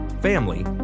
family